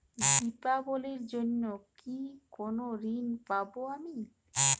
দীপাবলির জন্য কি কোনো ঋণ পাবো আমি?